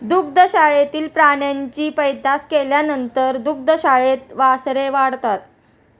दुग्धशाळेतील प्राण्यांची पैदास केल्यानंतर दुग्धशाळेत वासरे वाढतात